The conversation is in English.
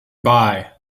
bye